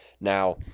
Now